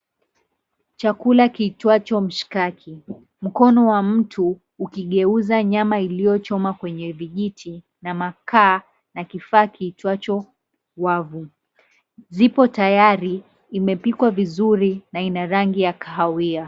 Chakula kiitwacho mshikaki. Mkono wa mtu ukigeuza nyama iliyochoma kwenye vijiti na makaa na kifaa kiitwacho wavu. Zipo tayari, imepikwa vizuri na ina rangi ya kahawia.